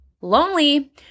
lonely